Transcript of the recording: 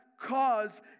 cause